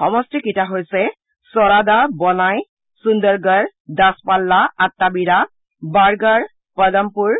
সমষ্টিকেইটা হৈছে ছ্ৰাদা বনাই সুন্দৰগড় দাসপাল্লা আট্টাবিৰা বাড়গাৰ পদমপুৰ